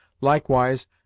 Likewise